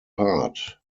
part